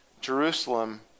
Jerusalem